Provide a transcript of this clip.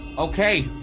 okay,